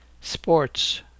Sports